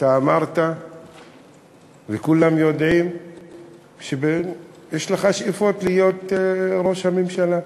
אמרת וכולם יודעים שיש לך שאיפות להיות ראש הממשלה.